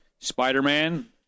Spider-Man